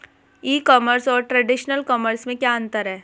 ई commerce और traditional commerce में क्या अंतर है?